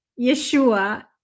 Yeshua